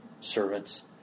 servants